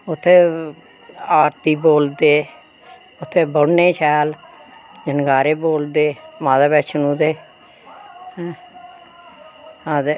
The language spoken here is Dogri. उत्थें आरती बोलदे उत्थें बौह्ने शैल जै कारे बोलदे माता वैष्णो दे आं ते